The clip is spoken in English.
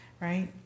Right